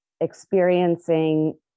experiencing